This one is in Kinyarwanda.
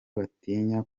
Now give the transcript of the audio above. batinya